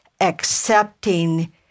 accepting